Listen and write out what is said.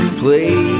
play